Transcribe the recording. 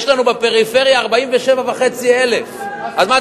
יש לנו בפריפריה 47,500. אז מה,